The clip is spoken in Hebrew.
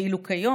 ואילו כיום,